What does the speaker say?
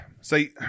See